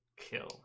Kill